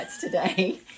today